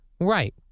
right